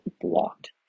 blocked